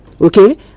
okay